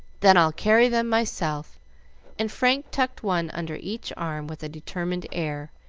then i'll carry them myself and frank tucked one under each arm, with a determined air,